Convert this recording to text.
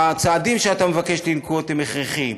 הצעדים שאתה מבקש לנקוט הם הכרחיים.